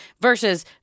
versus